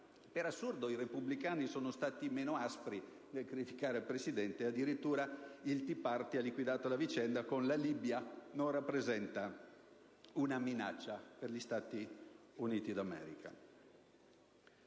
Per assurdo, i repubblicani sono stati meno aspri nel criticare il Presidente, e perfino il *Tea Party* ha liquidato la vicenda, sostenendo che la Libia non rappresenta una minaccia per gli Stati Uniti d'America.